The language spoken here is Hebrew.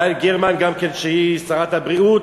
יעל גרמן גם כן, היא שרת הבריאות.